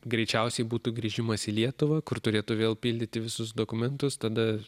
greičiausiai būtų grįžimas į lietuvą kur turėtų vėl pildyti visus dokumentus tada